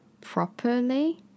properly